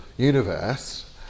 universe